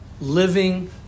Living